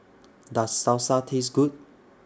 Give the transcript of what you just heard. Does Salsa Taste Good